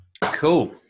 Cool